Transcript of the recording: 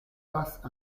passent